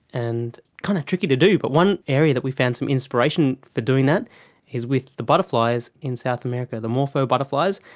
and kind of tricky to do. but one area that we found some inspiration for doing that is with the butterflies in south america, the morpho butterflies,